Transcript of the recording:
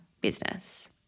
business